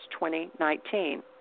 2019